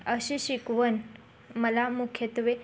अशी शिकवण मला मुख्यत्वे